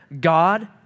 God